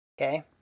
okay